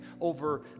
over